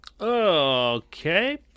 Okay